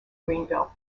greenville